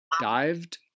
dived